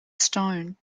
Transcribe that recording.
stone